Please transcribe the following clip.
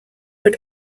but